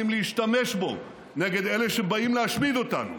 להשתמש בו נגד אלה שבאים להשמיד אותנו.